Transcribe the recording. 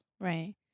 Right